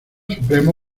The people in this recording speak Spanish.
supremo